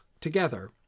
together